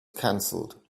cancelled